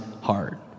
heart